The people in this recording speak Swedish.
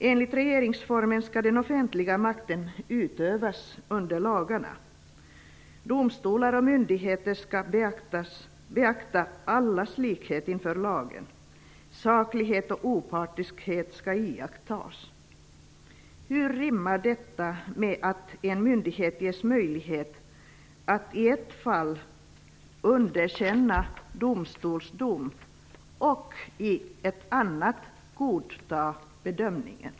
Enligt regeringsformen skall den offentliga makten utövas under lagarna. Domstolar och myndigheter skall beakta allas likhet inför lagen. Saklighet och opartiskhet skall iakttas. Hur rimmar detta med att en myndighet ges möjlighet att i ett fall underkänna en domstols dom och i ett annat godta bedömningen?